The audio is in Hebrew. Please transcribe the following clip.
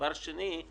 דבר שני,